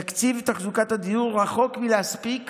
תקציב תחזוקת הדיור רחוק מלהספיק